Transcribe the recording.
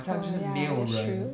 oh ya that's true